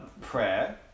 prayer